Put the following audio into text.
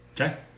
Okay